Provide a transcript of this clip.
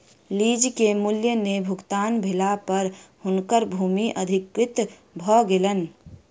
lease के मूल्य नै भुगतान भेला पर हुनकर भूमि अधिकृत भ गेलैन